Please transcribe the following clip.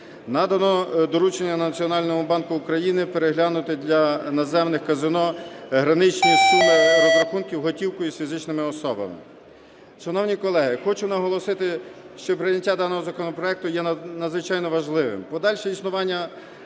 Надано доручення Національному банку України переглянути для наземних казино граничні суми розрахунків готівкою з фізичними особами. Шановні колеги, хочу наголосити, що прийняття даного законопроекту є надзвичайно важливим.